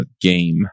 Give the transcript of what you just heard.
game